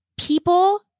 people